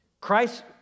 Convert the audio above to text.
Christ